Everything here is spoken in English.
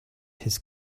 his